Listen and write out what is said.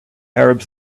arabs